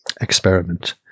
experiment